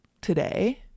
today